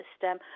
system